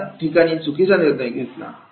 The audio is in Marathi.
कोणत्या ठिकाणी चुकीचा निर्णय घेतला